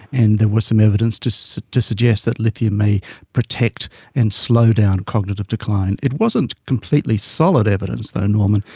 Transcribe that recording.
and there was some evidence to so to suggest that lithium may protect and slow down cognitive decline. it wasn't completely solid evidence though, norman,